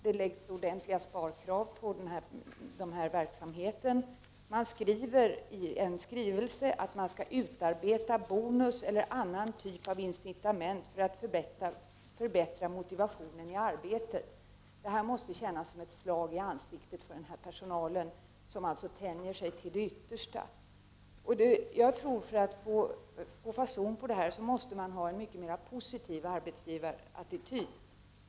Det framställs ordentliga sparkrav på verksamheten. Det skrivs att det skall utarbetas bonus eller en annan typ av incitament för att motivationen i arbetet skall förbättras. Detta måste kännas som ett slag i ansiktet på den personal som alltså tänjer sig till det yttersta. För att få fason på detta tror jag att man måste ha en mycket mer positiv arbetsgivarattityd.